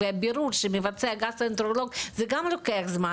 הבירור שמבצע גסטרואנטרולוג גם לוקח זמן,